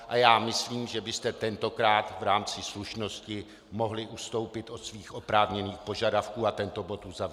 A já myslím, že byste tentokrát v rámci slušnosti mohli ustoupit od svých oprávněných požadavků a tento bod uzavřít.